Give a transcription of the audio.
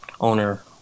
owner